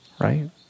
right